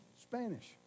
Spanish